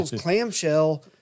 clamshell